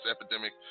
epidemic